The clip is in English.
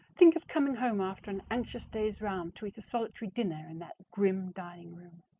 think of coming home after an anxious day's round to eat a solitary dinner in that grim dining room!